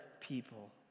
people